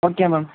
okay ma'am